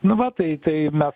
nu va tai tai mes